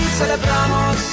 celebramos